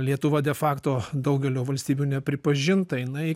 lietuva de facto daugelio valstybių nepripažinta jinai